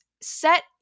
set